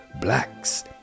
blacks